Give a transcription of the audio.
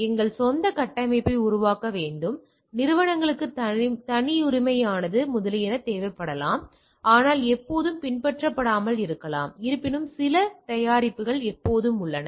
எங்கள் சொந்த கட்டமைப்பை உருவாக்க வேண்டும் நிறுவனங்களுக்கு தனியுரிமையானது முதலியன தேவைப்படலாம் ஆனால் எப்போதும் பின்பற்றப்படாமல் இருக்கலாம் இருப்பினும் விலை தயாரிப்புகள் எப்போதும் உள்ளன